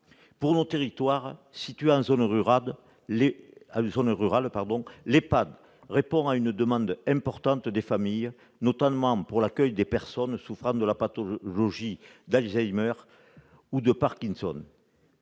Pour nos territoires situés en zone rurale, l'EHPAD répond à une demande importante des familles, notamment pour l'accueil des personnes souffrant des pathologies d'Alzheimer ou de Parkinson.